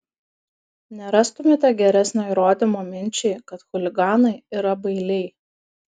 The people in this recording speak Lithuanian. nerastumėte geresnio įrodymo minčiai kad chuliganai yra bailiai